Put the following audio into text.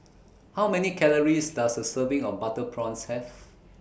How Many Calories Does A Serving of Butter Prawns Have